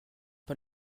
pas